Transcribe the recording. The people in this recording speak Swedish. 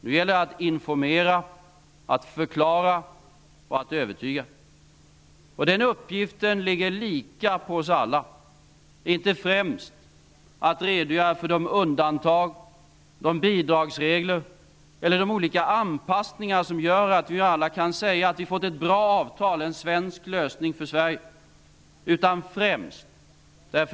Nu gäller det att informera, förklara och övertyga. Den uppgiften ligger lika på oss alla. Det handlar inte främst om att redogöra för de undantag, bidragsregler eller olika anpassningar som gör att vi alla kan säga att vi har fått ett bra avtal -- en svensk lösning för Sverige.